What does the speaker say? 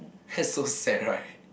that's so sad right